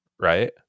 right